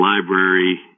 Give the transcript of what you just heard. library